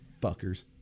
fuckers